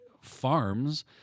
farms